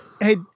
hey